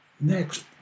Next